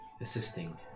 assisting